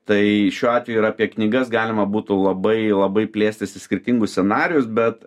tai šiuo atveju ir apie knygas galima būtų labai labai plėstis į skirtingus scenarijus bet